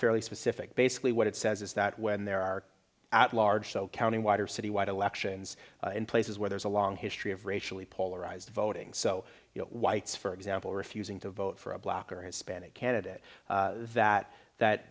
fairly specific basically what it's is that when there are at large so counting water citywide elections in places where there's a long history of racially polarized voting so you know whites for example refusing to vote for a black or hispanic candidate that that th